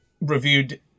reviewed